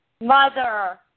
Mother